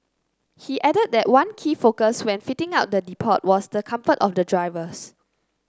he added that one key focus when fitting out the depot was the comfort of the drivers